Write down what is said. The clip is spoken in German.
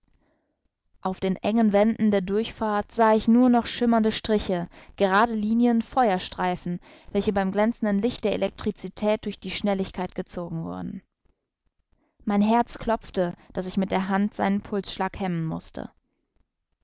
auf den engen wänden der durchfahrt sah ich nur noch schimmernde striche gerade linien feuerstreifen welche beim glänzenden licht der elektricität durch die schnelligkeit gezogen wurden mein herz klopfte daß ich mit der hand seinen pulsschlag hemmen mußte